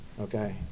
Okay